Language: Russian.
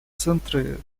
центры